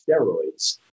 steroids